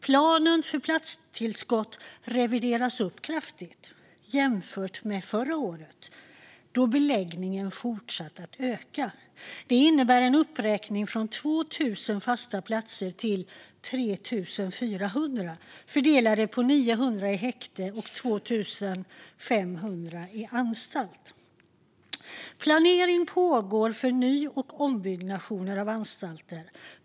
Planen för platstillskott revideras upp kraftigt jämfört med förra året, då beläggningen har fortsatt öka. Det innebär en uppräkning från 2 000 till 3 400 fasta platser, fördelade på 900 i häkte och 2 500 på anstalt. Planering pågår för ny och ombyggnation av anstalter.